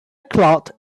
cloud